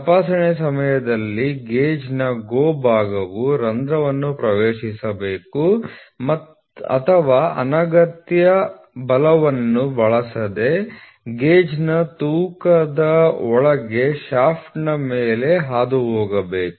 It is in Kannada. ತಪಾಸಣೆಯ ಸಮಯದಲ್ಲಿ ಗೇಜ್ನ GO ಭಾಗವು ರಂಧ್ರವನ್ನು ಪ್ರವೇಶಿಸಬೇಕು ಅಥವಾ ಅನಗತ್ಯ ಬಲವನ್ನು ಬಳಸದೆ ಗೇಜ್ನ ತೂಕದ ಕೆಳಗೆ ಶಾಫ್ಟ್ನ ಮೇಲೆ ಹಾದುಹೋಗಬೇಕು